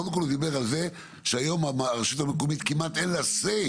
קודם כל הוא דיבר על זה שהיום הרשות המקומית כמעט אין לה say.